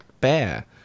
bear